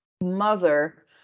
mother